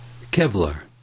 Kevlar